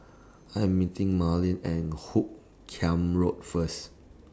I Am meeting Marlin At Hoot Kiam Road First